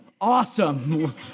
Awesome